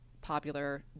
popular